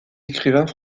écrivains